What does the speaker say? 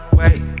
wait